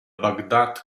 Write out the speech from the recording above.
baghdad